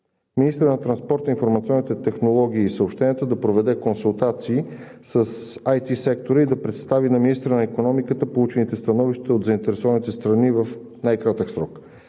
министърът на транспорта, информационните технологии и съобщенията да проведе консултации с IT сектора и да представи на министъра на икономиката получените становища от заинтересованите страни в най-кратък срок;